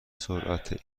سرعت